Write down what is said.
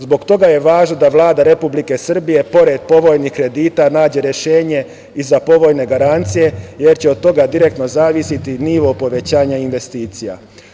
Zbog toga je važno da Vlada Republike Srbije, pored povoljnih kredita nađe rešenje i za povoljne garancije, jer će od toga direktno zavisiti nivo povećanja investicija.